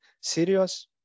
serious